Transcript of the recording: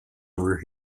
where